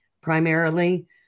primarily